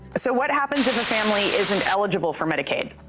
so what happens if a family is an eligible for medicaid.